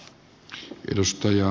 arvoisa puhemies